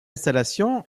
installation